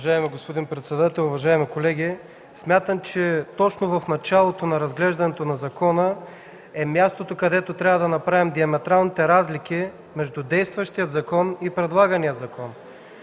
Уважаеми господин председател, уважаеми колеги! Смятам, че точно в началото на разглеждането на закона е мястото, където трябва да направим диаметралните разлики между действащия и предлагания закон.